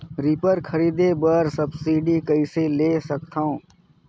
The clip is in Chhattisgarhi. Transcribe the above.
रीपर खरीदे बर सब्सिडी कइसे ले सकथव?